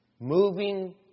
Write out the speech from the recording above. moving